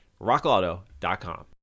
RockAuto.com